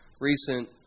recent